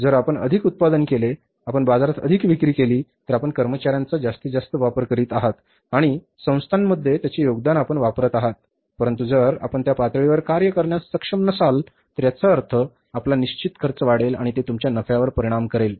जर आपण अधिक उत्पादन केले आणि आपण बाजारात अधिक विक्री केली तर आपण कर्मचार्यांचा जास्तीत जास्त वापर करीत आहात आणि संस्थांमध्ये त्यांचे योगदान आपण वापरत आहात परंतु जर आपण त्या पातळीवर कार्य करण्यास सक्षम नसाल तर याचा अर्थ आपला निश्चित खर्च वाढेल आणि ते तुमच्या नफ्यावर परिणाम करेल